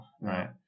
right